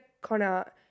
Connor